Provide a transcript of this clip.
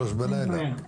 3:00 בלילה.